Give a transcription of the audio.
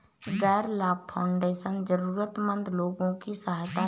गैर लाभ फाउंडेशन जरूरतमन्द लोगों की सहायता करते हैं